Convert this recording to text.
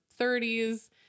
30s